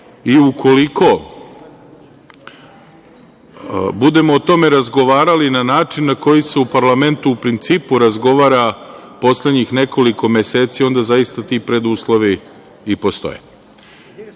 i ukoliko budemo o tome razgovarali na način na koji se u parlamentu u principu razgovara poslednjih nekoliko meseci, onda zaista ti preduslovi i postoje. Bez